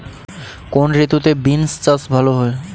কোন ঋতুতে বিন্স চাষ ভালো হয়?